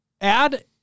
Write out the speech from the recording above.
add